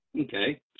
Okay